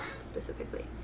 specifically